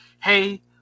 hey